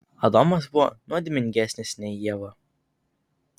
adomas buvo nuodėmingesnis nei ieva